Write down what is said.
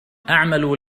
أعمل